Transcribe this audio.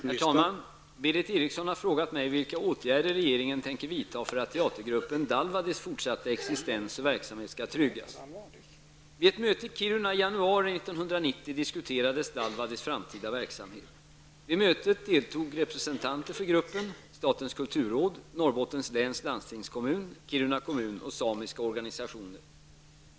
Herr talman! Berith Eriksson har frågat mig vilka åtgärder regeringen tänker vidta för att teatergruppen Dalvadis fortsatta existens och verksamhet skall tryggas. Vid ett möte i Kiruna i januari 1990 diskuterades Dalvadis framtida verksamhet. Vid mötet deltog representanter för Dalvadis, statens kulturråd, Norrbottens läns landstingskommun, Kiruna kommun och samiska organisationer.